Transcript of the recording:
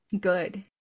good